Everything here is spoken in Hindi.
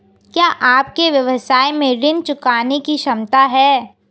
क्या आपके व्यवसाय में ऋण चुकाने की क्षमता है?